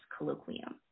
Colloquium